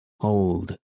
Hold